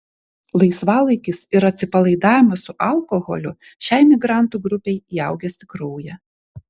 laisvalaikis ir atsipalaidavimas su alkoholiu šiai migrantų grupei įaugęs į kraują